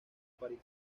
parís